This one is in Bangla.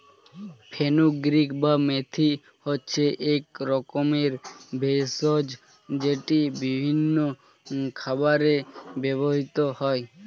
ফেনুগ্রীক বা মেথি হচ্ছে এক রকমের ভেষজ যেটি বিভিন্ন খাবারে ব্যবহৃত হয়